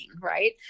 right